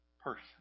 person